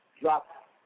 drop